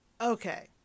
Okay